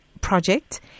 project